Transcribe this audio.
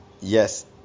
yes